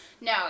No